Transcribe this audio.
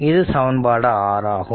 இது சமன்பாடு 6 ஆகும்